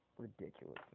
Ridiculous